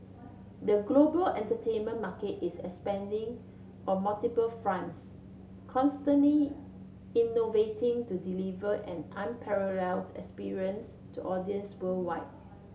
the global entertainment market is expanding on multiple fronts constantly innovating to deliver an unparalleled experience to audiences worldwide